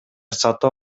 сатып